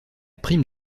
prime